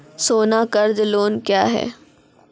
सोना कर्ज लोन क्या हैं?